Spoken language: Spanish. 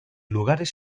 lugares